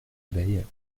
abeille